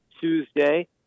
Tuesday